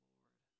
Lord